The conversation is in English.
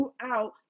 throughout